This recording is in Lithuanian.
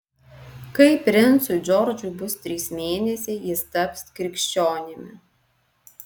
kai princui džordžui bus trys mėnesiai jis taps krikščionimi